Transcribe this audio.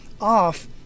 off